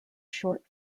short